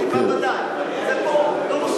זה לא נושא